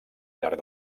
llarg